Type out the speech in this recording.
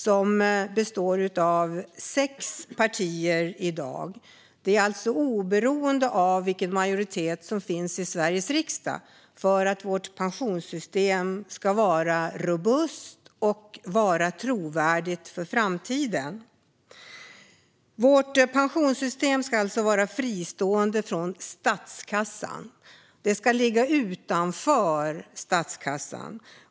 Den består i dag av sex partier och är alltså oberoende av vilken majoritet som finns i Sveriges riksdag. Vårt pensionssystem ska nämligen vara robust och trovärdigt för framtiden. Vårt pensionssystem ska vara fristående från och ligga utanför statskassan.